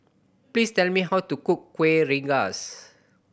please tell me how to cook Kueh Rengas